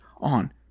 on